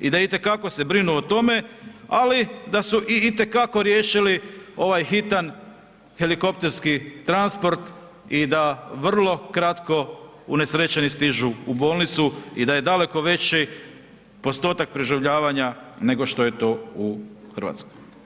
i da itekako se brinu o tome, ali da su itekako i riješili ovaj hitan helikopterski transport i da vrlo kratko unesrećeni stižu u bolnicu i da je daleko veći postotak preživljavanja nego što je to u Hrvatskoj.